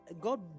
God